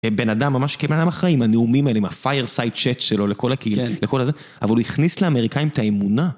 בן אדם ממש כבן אדם אחראי, עם הנאומים האלה, עם הפייר סייט צ'ט שלו, לכל הקהילה, לכל הזה... אבל הוא הכניס לאמריקאים את האמונה.